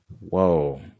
Whoa